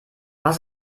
was